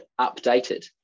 updated